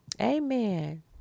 amen